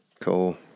Cool